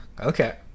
okay